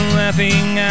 laughing